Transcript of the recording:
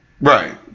Right